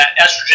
estrogen